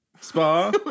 Spa